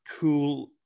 cool